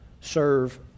serve